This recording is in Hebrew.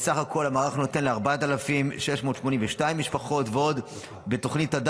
בסך הכול המערך נותן מענה ל-4,682 משפחות בתוכניות ממוקדות משפחה,